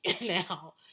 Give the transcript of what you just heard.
now